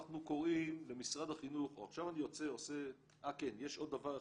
יש עוד דבר אחד.